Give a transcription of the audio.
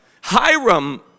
Hiram